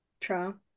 True